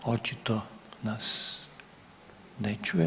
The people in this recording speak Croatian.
Očito nas ne čuje.